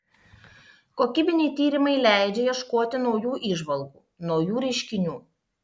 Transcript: kokybiniai tyrimai leidžia ieškoti naujų įžvalgų naujų reiškinių